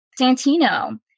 Santino